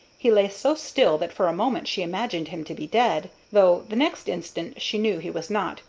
he lay so still that for a moment she imagined him to be dead, though the next instant she knew he was not,